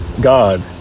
God